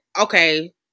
okay